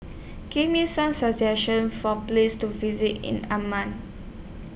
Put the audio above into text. Give Me Some suggestions For Places to visit in Amman